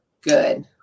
good